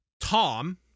Tom